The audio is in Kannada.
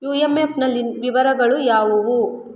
ಯು ಎಮ್ ಎಫ್ನಲ್ಲಿನ ವಿವರಗಳು ಯಾವುವು